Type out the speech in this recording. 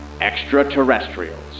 Extraterrestrials